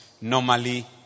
normally